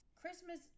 Christmas